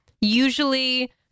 usually